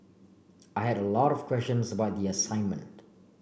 I had a lot of questions about the assignment